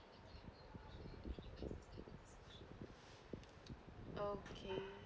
okay